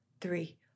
three